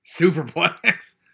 Superplex